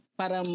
para